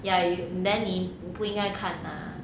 ya you then 你你不应该看 lah